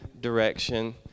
direction